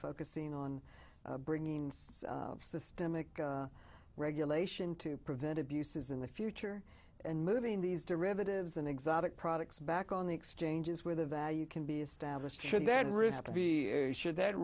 focusing on bringing systemic regulation to prevent abuses in the future and moving these derivatives and exotic products back on the exchanges where the value can be established should that risk to be sure that